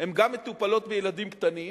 גם מטופלות בילדים קטנים,